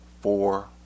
four